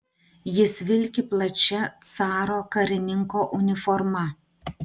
jis vilki plačia caro karininko uniforma